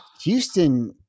Houston